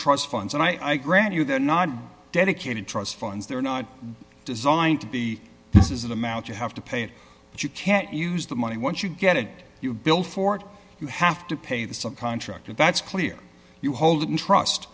trust funds and i grant you they're not dedicated trust funds they're not designed to be this is the amount you have to pay it if you can't use the money once you get it you build for it you have to pay the subcontractor that's clear you hold it in trust